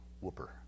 Whooper